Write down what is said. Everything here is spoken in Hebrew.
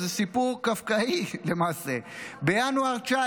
זה סיפור קפקאי למעשה: כבר בינואר 2019